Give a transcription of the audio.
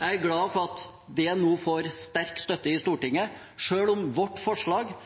Jeg er glad for at det nå får sterk støtte i